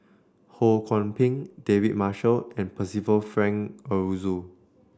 Ho Kwon Ping David Marshall and Percival Frank Aroozoo